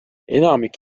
enamik